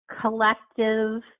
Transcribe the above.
collective